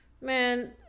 Man